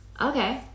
okay